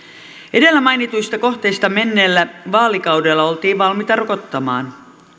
edellä mainituista kohteista menneellä vaalikaudella oltiin valmiita rokottamaan